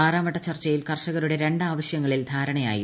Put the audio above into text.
ആറാംവട്ട ചർച്ചയിൽ കർഷകരുടെ രണ്ട് ആവശ്യങ്ങളിൽ ധാരണയായിരുന്നു